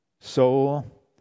soul